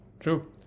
True